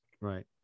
Right